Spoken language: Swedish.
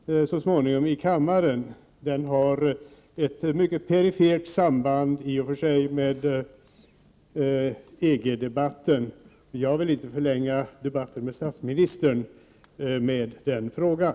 Den har ett mycket perifert samband med EG-debatten. Jag vill inte förlänga debatten med statsministern med den frågan.